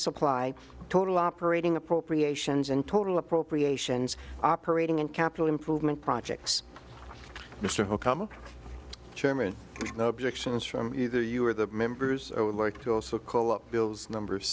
supply total operating appropriations and total appropriations operating and capital improvement projects mr howe come chairman no objections from either you or the members i would like to also call up bills number